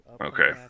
Okay